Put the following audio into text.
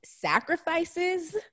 sacrifices